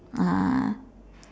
uh